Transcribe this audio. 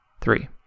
Three